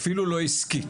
אפילו לא עסקית.